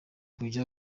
kujya